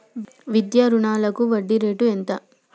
విద్యా రుణాలకు వడ్డీ రేటు ఎంత?